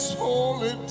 holy